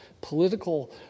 political